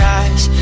eyes